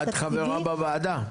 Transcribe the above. את חברה בוועדה?